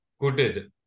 good